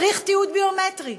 צריך תיעוד ביומטרי.